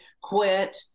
quit